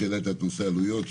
שהעלית את נושא העלויות,